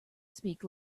speak